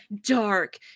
dark